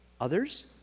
others